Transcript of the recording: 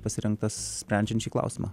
pasirinktas sprendžiant šį klausimą